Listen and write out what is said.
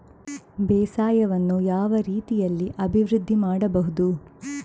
ಬೇಸಾಯವನ್ನು ಯಾವ ರೀತಿಯಲ್ಲಿ ಅಭಿವೃದ್ಧಿ ಮಾಡಬಹುದು?